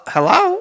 Hello